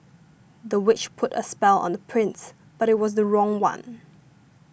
the witch put a spell on the prince but it was the wrong one